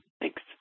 Thanks